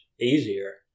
easier